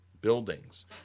buildings